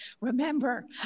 remember